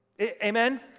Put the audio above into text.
Amen